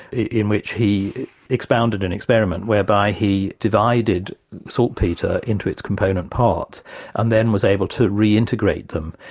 in which he expounded an experiment whereby he divided saltpetre into its component parts and then was able to reintegrate them,